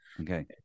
Okay